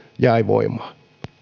jäi voimaan